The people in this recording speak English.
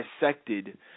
dissected